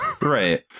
Right